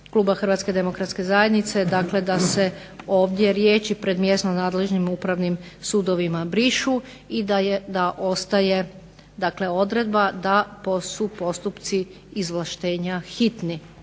kluba Hrvatske demokratske zajednice, dakle da se ovdje riječi "pred mjesno nadležnim upravnim sudovima" brišu i da ostaje dakle odredba da su postupci izvlaštenja hitni